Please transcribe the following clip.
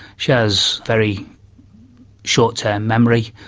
she has very short-term memory,